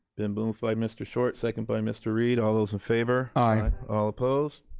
been moved by mr. short, second by mr. reid. all those in favor? aye. all opposed?